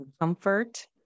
comfort